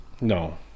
No